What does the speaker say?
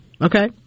Okay